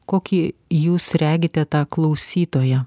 kokį jūs regite tą klausytoją